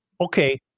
Okay